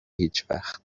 هیچوقت